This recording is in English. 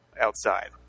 outside